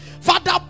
Father